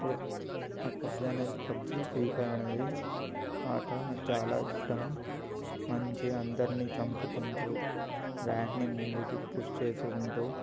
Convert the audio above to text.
నాకు పబ్జి అనేది PUBG free fire అనేది ఆట నాకు చాలా ఇష్టం మంచిగా అందరిని చంపుతుంటూ ర్యాంక్ని ముందుకి పుష్ చేసుకుంటూ